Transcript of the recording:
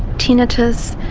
tinnitus,